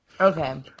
Okay